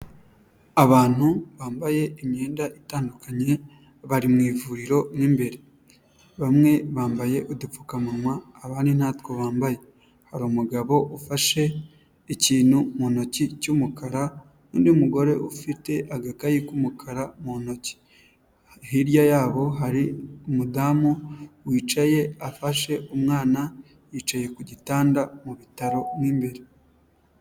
Abantu bambaye imyenda itandukanye, bari mu ivuriro mo imbere. Bamwe bambaye udupfukamunwa, abandi natwo bambaye. Hari umugabo ufashe ikintu mu ntoki cy'umukara n'undi mugore ufite agakayi k'umukara mu ntoki. Hirya yabo hari umudamu wicaye afashe umwana, yicaye ku gitanda mu bitaro mo imbere.